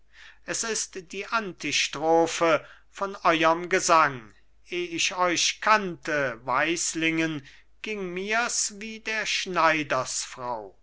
es ist die antistrophe von eurem gesang eh ich euch kannte weislingen ging mir's wie der